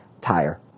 tire